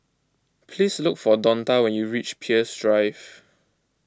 please look for Donta when you reach Peirce Drive